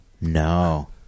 No